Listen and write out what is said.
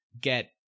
get